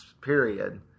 period